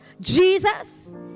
Jesus